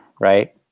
right